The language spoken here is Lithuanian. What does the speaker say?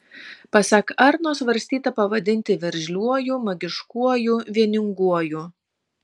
pasak arno svarstyta pavadinti veržliuoju magiškuoju vieninguoju